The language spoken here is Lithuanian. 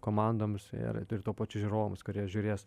komandoms ir ir tuo pačiu žiūrovams kurie žiūrės